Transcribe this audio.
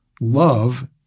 love